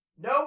No